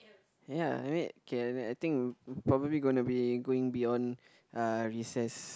ya I mean I think probably gonna be going beyond uh recess